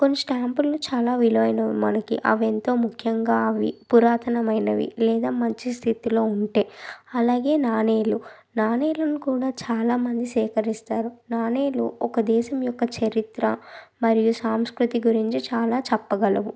కొన్ని స్టాంపులను చాలా విలువైనవి మనకి అవి ఎంతో ముఖ్యంగా అవి పురాతనమైనవి లేదా మంచి స్థితిలో ఉంటే అలాగే నాణాలు నాణాలను కూడా చాలామంది సేకరిస్తారు నాణాలు ఒక దేశం యొక్క చరిత్ర మరియు సాంస్కృతి గురించి చాలా చెప్పగలవు